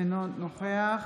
אינו נוכח